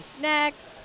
Next